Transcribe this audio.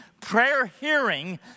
prayer-hearing